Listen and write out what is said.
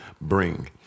Bring